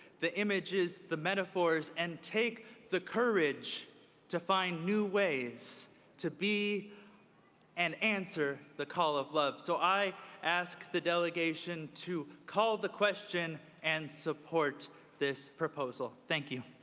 the images, the metaphor, and take the courage to find new ways to be and answer the call of love. so i ask the delegation to call the question and support this proposal. thank you.